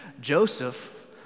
Joseph